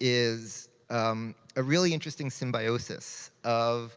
is a really interesting symbiosis of